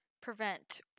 Prevent